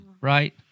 right